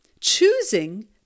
choosing